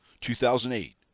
2008